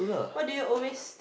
what do you always